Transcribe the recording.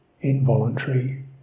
involuntary